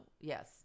Yes